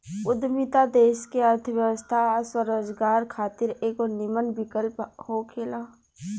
उद्यमिता देश के अर्थव्यवस्था आ स्वरोजगार खातिर एगो निमन विकल्प होखेला